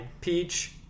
Peach